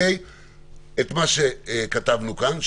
את מה שכתבנו כאן.